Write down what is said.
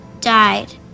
Died